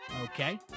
Okay